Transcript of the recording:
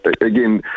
again